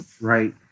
Right